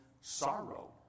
sorrow